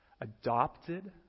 adopted